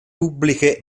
pubbliche